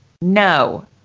No